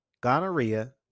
Gonorrhea